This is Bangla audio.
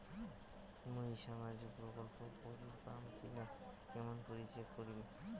মুই সামাজিক প্রকল্প করির পাম কিনা কেমন করি চেক করিম?